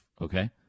okay